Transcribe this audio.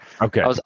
Okay